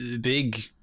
big